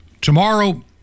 Tomorrow